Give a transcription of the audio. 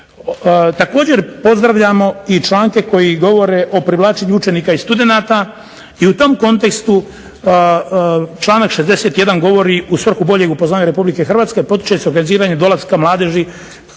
Također pozdravljamo i članke koji govore o privlačenju učenika i studenata i u tom kontekstu članak 61. govori u svrhu boljeg upoznavanja Republike Hrvatske potiče se …/Govornik se ne razumije./… dolaska mladeži,